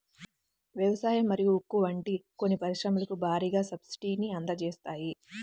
వ్యవసాయం మరియు ఉక్కు వంటి కొన్ని పరిశ్రమలకు భారీగా సబ్సిడీని అందజేస్తాయి